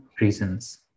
reasons